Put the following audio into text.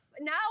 Now